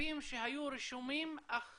הגופים שהיו רשומים אך